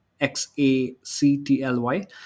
X-A-C-T-L-Y